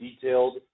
detailed